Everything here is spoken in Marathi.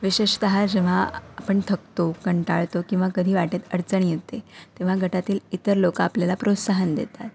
विशेषतः जेव्हा आपण थकतो कंटाळतो किंवा कधी वाटेत अडचण येते तेव्हा गटातील इतर लोक आपल्याला प्रोत्साहन देतात